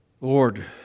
Lord